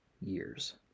years